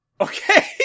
Okay